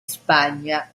spagna